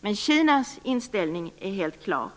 Men Kinas inställning är helt klar.